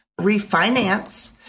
refinance